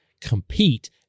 compete